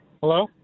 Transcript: Hello